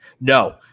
No